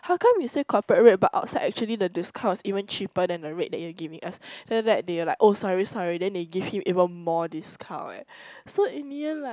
how come you say corporate rate but outside actually the discount is even cheaper than the rate that you are giving us then after that they were like oh sorry sorry then they give him even more discount eh so in the end like